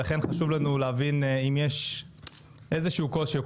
ולכן חשוב לנו להבין אם יש איזשהו קושי או